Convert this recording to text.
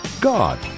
God